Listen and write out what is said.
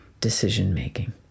decision-making